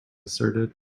asserted